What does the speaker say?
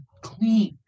clean